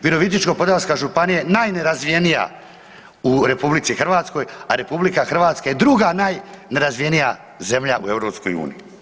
Virovitičko-podravska županija je najnerazvijenija u RH a RH je druga najnerazvijenija zemlja u EU-u.